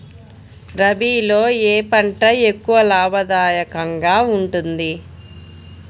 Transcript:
రబీలో ఏ పంట ఎక్కువ లాభదాయకంగా ఉంటుంది?